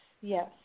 yes